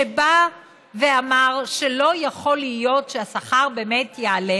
שבא ואמר שלא יכול להיות שהשכר באמת יעלה.